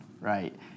Right